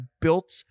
built